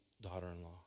daughter-in-law